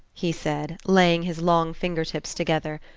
he said, laying his long finger-tips together.